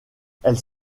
elles